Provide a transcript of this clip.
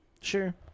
sure